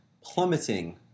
plummeting